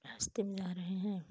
रास्ते मे जा रहे हैं